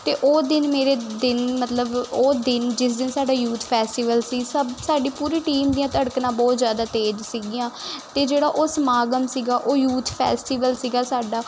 ਅਤੇ ਉਹ ਦਿਨ ਮੇਰੇ ਦਿਨ ਮਤਲਬ ਉਹ ਦਿਨ ਜਿਸ ਦਿਨ ਸਾਡਾ ਯੂਥ ਫੈਸਟੀਵਲ ਸੀ ਸਭ ਸਾਡੀ ਪੂਰੀ ਟੀਮ ਦੀਆਂ ਧੜਕਣਾਂ ਬਹੁਤ ਜ਼ਿਆਦਾ ਤੇਜ਼ ਸੀਗੀਆਂ ਅਤੇ ਜਿਹੜਾ ਉਹ ਸਮਾਗਮ ਸੀਗਾ ਉਹ ਯੂਥ ਫੈਸਟੀਵਲ ਸੀਗਾ ਸਾਡਾ